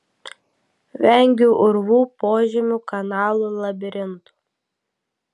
vengiu urvų požemių kanalų labirintų